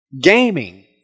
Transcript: gaming